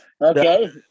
Okay